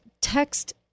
text